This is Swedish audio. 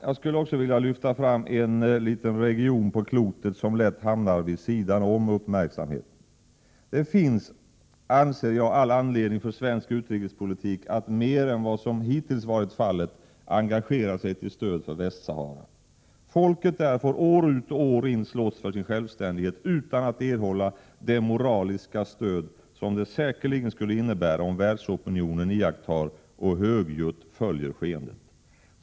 Jag skulle också vilja lyfta fram en liten region på klotet som lätt hamnar vid sidan om uppmärksamheten. Det finns, anser jag, all anledning för svensk utrikespolitik att mer än vad som hittills varit fallet engagera sig till stöd för Västsahara. Folket där får år ut och år in slåss för sin självständighet utan att erhålla det moraliska stöd, som det säkerligen skulle innebära om världsopinionen iakttar och högljutt följer skeendet.